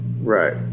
Right